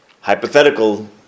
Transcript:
hypothetical